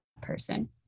person